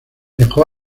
dejó